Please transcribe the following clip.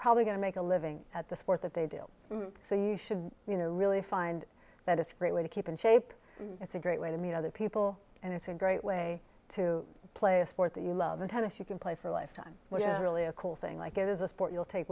probably going to make a living at the sport that they do so you should you know really find that it's a great way to keep in shape it's a great way to meet other people and it's a great way to play a sport that you love in tennis you can play for a lifetime really a cool thing like it is a sport you'll take